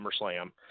SummerSlam